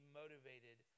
motivated